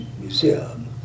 Museum